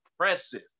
impressive